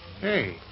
Hey